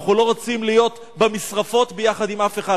אנחנו לא רוצים להיות במשרפות יחד עם אף אחד,